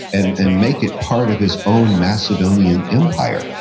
and and make it part of his own macedonian empire,